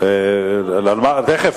להעביר את